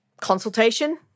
consultation